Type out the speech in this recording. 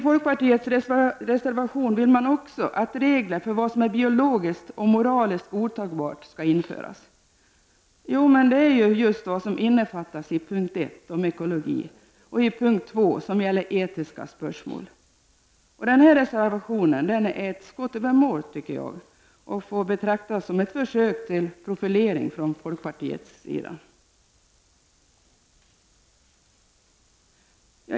Folkpartiet kräver också i sin reservation att regler för vad som är biologiskt och moraliskt godtagbart införs. Men det är ju just vad som innefattas i punkt 1 om ekologi och i punkt 2, som gäller etiska spörsmål. Den här reservationen är enligt min mening ett skott över målet och får bara betraktas som ett försök till profilering från folkpartiets sida.